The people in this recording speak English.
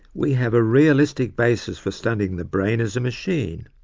we have a realistic basis for studying the brain as a machine,